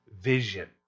vision